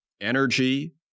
energy